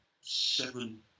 seven